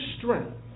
strength